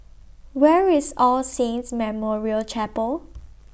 Where IS All Saints Memorial Chapel